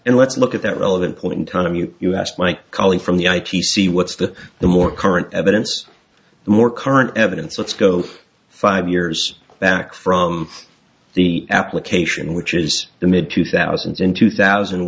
and let's look at that relevant point in time you you ask mike calling from the i t c what's the the more current evidence the more current evidence let's go five years back from the application which is the mid two thousand in two thousand